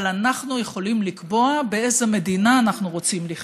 אבל אנחנו יכולים לקבוע באיזו מדינה אנחנו רוצים לחיות.